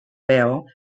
vale